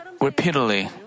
repeatedly